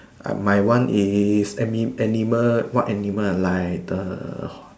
uh my one is ami~ animal what animal like the ho~